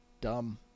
Dumb